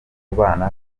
kubana